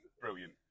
brilliant